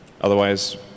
Otherwise